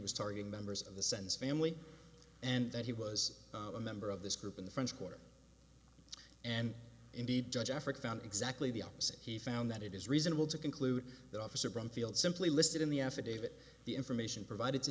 was targeting members of the sens family and that he was a member of this group in the french quarter and indeed judge africa found exactly the opposite he found that it is reasonable to conclude that officer brumfield simply listed in the affidavit the information provided to